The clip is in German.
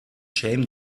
schäme